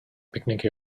picnic